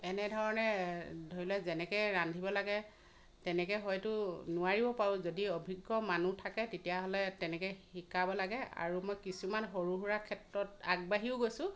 এনেধৰণে ধৰি লোৱা যেনেকৈ ৰান্ধিব লাগে তেনেকৈ হয়তো নোৱাৰিবও পাৰোঁ যদি অভিজ্ঞ মানুহ থাকে তেতিয়াহ'লে তেনেকৈ শিকাব লাগে আৰু মই কিছুমান সৰু সুৰা ক্ষেত্ৰত আগবাঢ়িও গৈছোঁ